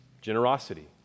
generosity